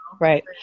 Right